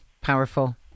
Powerful